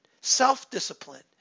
Self-discipline